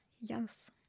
Yes